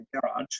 garage